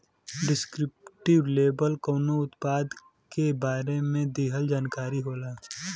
descriptive label कउनो उत्पाद के बारे में दिहल जानकारी होला